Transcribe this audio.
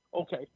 Okay